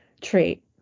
trait